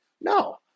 No